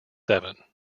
seven